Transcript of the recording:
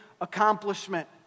accomplishment